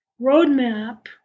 roadmap